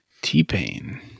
T-Pain